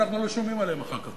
ואנחנו לא שומעים עליהם אחר כך.